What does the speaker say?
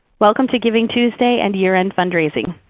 welcome to givingtuesday and year end fundraising.